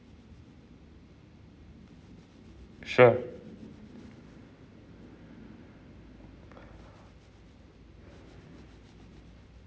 sure